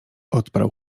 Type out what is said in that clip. odparł